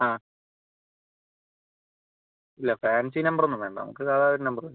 ആ ഇല്ല fancy number ഒന്നും വേണ്ട നമുക്ക് സാദാ ഒരു നമ്പർ മതി